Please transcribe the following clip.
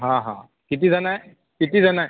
हा हा कितीजणं आहे कितीजणं आहे